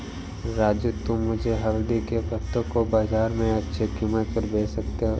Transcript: राजू तुम मुझे हल्दी के पत्तों को बाजार में अच्छे कीमत पर बेच सकते हो